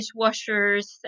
dishwashers